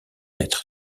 être